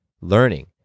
learning